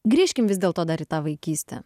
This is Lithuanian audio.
grįžkim vis dėlto dar į tą vaikystę